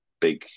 big